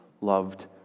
loved